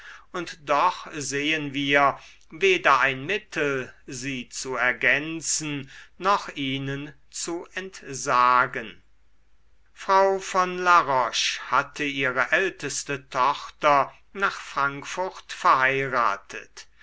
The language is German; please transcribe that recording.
und doch sehen wir weder ein mittel sie zu ergänzen noch ihnen zu entsagen frau von la roche hatte ihre älteste tochter nach frankfurt verheiratet